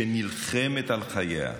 שנלחמת על חייה,